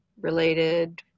related